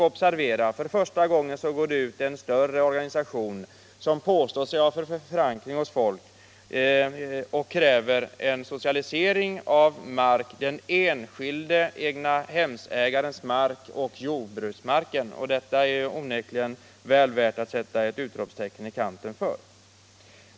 Observera att det för första gången går ut en större organisation, som påstår sig ha förankring hos folk, och kräver en socialisering av den enskilde egnahemsägarens mark och av jordbruksmarken. Det är onekligen värt att sätta ett utropstecken i kanten för.